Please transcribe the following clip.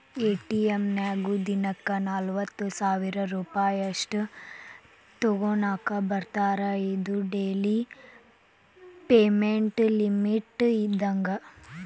ATM ನ್ಯಾಗು ದಿನಕ್ಕ ನಲವತ್ತ ಸಾವಿರ್ ರೂಪಾಯಿ ಅಷ್ಟ ತೋಕೋನಾಕಾ ಬರತ್ತಾ ಇದು ಡೆಲಿ ಪೇಮೆಂಟ್ ಲಿಮಿಟ್ ಇದ್ದಂಗ